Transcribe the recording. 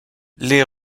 les